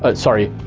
ah sorry.